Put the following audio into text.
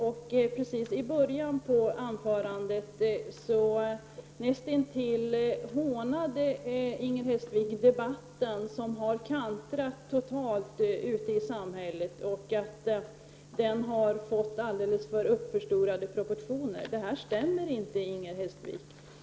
Alldeles i början av anförandet näst intill hånade Inger Hestvik debatten och sade att den kantrat totalt ute i samhället och fått alldeles för uppförstorade proportioner. Detta stämmer inte, Inger Hestvik.